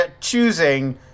choosing